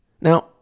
Now